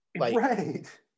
right